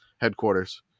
headquarters